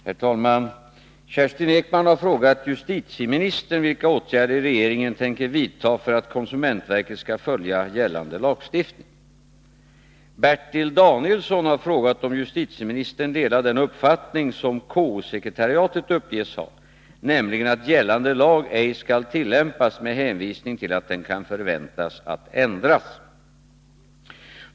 Herr talman! Kerstin Ekman har frågat justitieministern vilka åtgärder regeringen tänker vidta för att konsumentverket skall följa gällande lagstiftning. Bertil Danielsson har frågat om justitieministern delar den uppfattning som KO-sekretariatet uppges ha, nämligen att gällande lag ej skall tillämpas med hänvisning till att den kan förväntas att ändras.